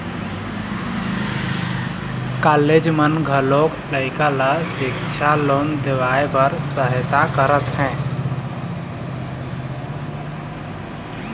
college मन घलोक लइका ल सिक्छा लोन देवाए बर सहायता करत हे